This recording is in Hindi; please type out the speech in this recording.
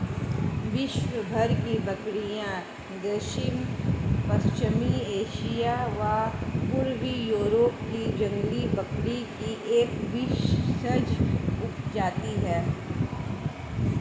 विश्वभर की बकरियाँ दक्षिण पश्चिमी एशिया व पूर्वी यूरोप की जंगली बकरी की एक वंशज उपजाति है